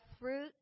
fruit